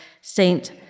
Saint